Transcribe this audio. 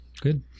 Good